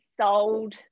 sold